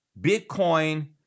Bitcoin